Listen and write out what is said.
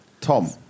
Tom